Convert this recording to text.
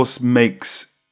makes